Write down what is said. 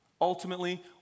Ultimately